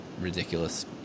ridiculous